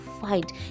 fight